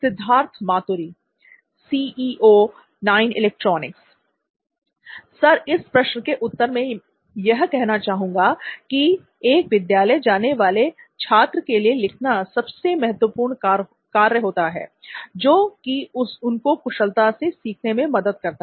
Siddharth Maturi sir इस प्रश्न के उत्तर में यह कहना चाहूंगा की एक विद्यालय जाने वाले छात्र के लिए लिखना सबसे महत्वपूर्ण कार्य होता है जो कि उनको कुशलता से सीखने में मदद करता है